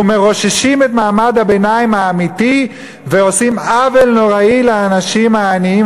ומרוששים את מעמד הביניים האמיתי ועושים עוול נורא לאנשים העניים,